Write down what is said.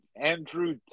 Andrew